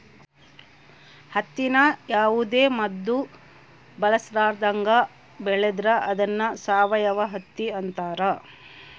ಹತ್ತಿನ ಯಾವುದೇ ಮದ್ದು ಬಳಸರ್ಲಾದಂಗ ಬೆಳೆದ್ರ ಅದ್ನ ಸಾವಯವ ಹತ್ತಿ ಅಂತಾರ